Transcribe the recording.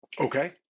okay